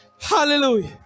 Hallelujah